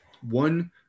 One